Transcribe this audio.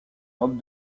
robes